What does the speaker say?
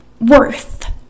worth